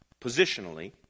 positionally